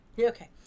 okay